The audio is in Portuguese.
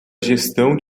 gestão